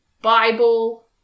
Bible